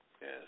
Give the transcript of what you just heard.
Yes